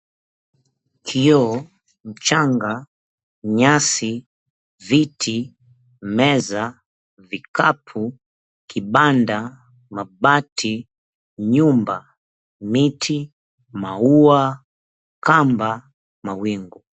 Kioo, mchanga, nyasi, viti, meza, vikapu, kibanda, mabati, nyumba, miti, maua, kamba, mawingu.